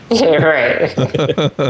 Right